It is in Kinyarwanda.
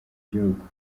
gihugu